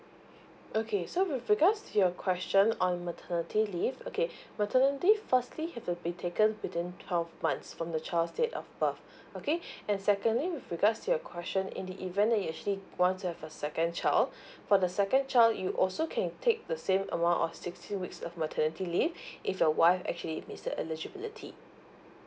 okay so with regards to your question on maternity leave okay maternity firstly have to be taken within twelve months from the child's date of birth okay and secondly with regards to your question in the event that you actually want to have a second child for the second child you also can take the same amount of sixteen weeks of maternity leave if your wife actually meets the eligibility